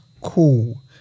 cool